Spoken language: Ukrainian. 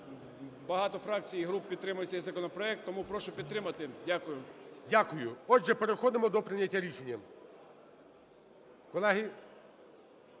багато фракцій і груп підтримують цей законопроект, тому прошу підтримати. Дякую. ГОЛОВУЮЧИЙ. Дякую. Отже, переходимо до прийняття рішення.